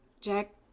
Jack